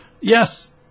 yes